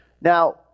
Now